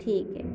ठीक है